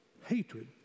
hatred